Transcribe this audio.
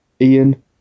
Ian